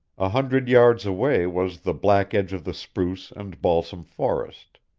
a hundred yards away was the black edge of the spruce and balsam forest.